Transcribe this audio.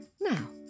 Now